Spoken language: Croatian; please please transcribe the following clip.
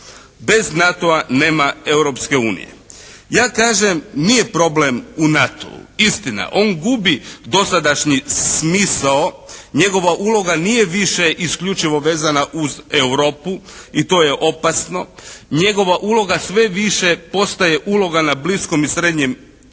Bez NATO-a nema Europske unije. Ja kažem nije problem u NATO-u. Istina, on gubi dosadašnji smisao, njegova uloga nije više isključivo vezana uz Europu i to je opasno. Njegova uloga sve više postaje uloga na Bliskom i srednjem